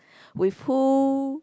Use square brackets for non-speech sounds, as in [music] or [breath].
[breath] with who